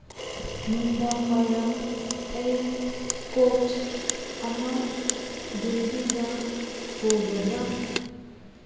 ꯅꯨꯡꯗꯥꯡꯋꯥꯏꯔꯝ ꯑꯩ ꯀꯣꯠ ꯑꯃ ꯗꯦꯜꯍꯤꯗ ꯄꯨꯒꯗ꯭ꯔꯥ